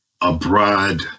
abroad